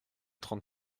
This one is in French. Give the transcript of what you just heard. trente